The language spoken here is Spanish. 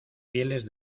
fieles